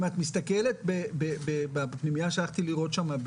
אם את מסתכלת בפנימייה שהלכתי לראות שם,